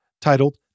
titled